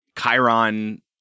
Chiron